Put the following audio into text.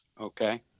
Okay